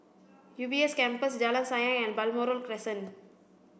U B S Campus Jalan Sayang and Balmoral Crescent